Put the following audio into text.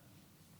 תודה.